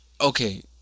Okay